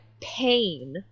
pain